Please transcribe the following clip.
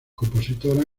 compositora